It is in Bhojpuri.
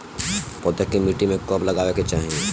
पौधा के मिट्टी में कब लगावे के चाहि?